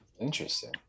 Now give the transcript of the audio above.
interesting